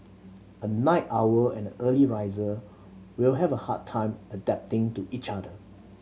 a night our and early riser will have a hard time adapting to each other